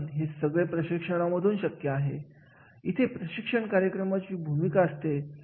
मुख्य कार्यकारी अधिकारी 42 24 गुण मिळवत असतील तर कोणत्या कोण आहेत ते त्यांना मिळत नाहीत कोणती कार्य आहे जिथे कमी आहेत